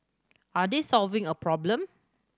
are they solving a problem